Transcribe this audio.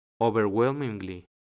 overwhelmingly